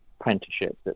apprenticeships